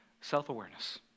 self-awareness